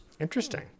Interesting